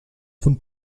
von